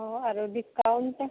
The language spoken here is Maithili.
ओ आओर डिस्काउंट